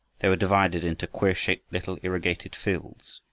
they were divided into queer-shaped little irrigated fields,